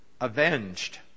avenged